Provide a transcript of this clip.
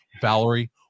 Valerie